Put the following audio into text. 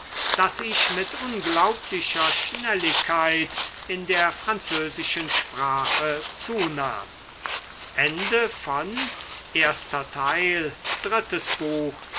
daß ich mit unglaublicher schnelligkeit in der französischen sprache zunahm